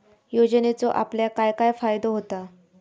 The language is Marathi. योजनेचो आपल्याक काय काय फायदो होता?